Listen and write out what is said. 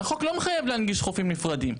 שהחוק לא מחייב להנגיש חופים נפרדים.